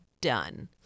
Done